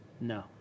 No